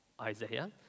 Isaiah